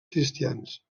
cristians